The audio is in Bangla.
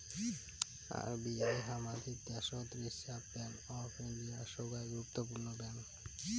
আর.বি.আই হামাদের দ্যাশোত রিসার্ভ ব্যাঙ্ক অফ ইন্ডিয়া, সোগায় গুরুত্বপূর্ণ ব্যাঙ্ক